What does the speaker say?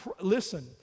Listen